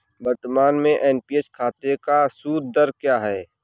वर्तमान में एन.पी.एस खाते का सूद दर क्या है?